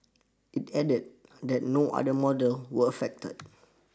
it added that no other model were affected